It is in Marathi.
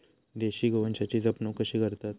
देशी गोवंशाची जपणूक कशी करतत?